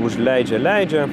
užleidžia leidžia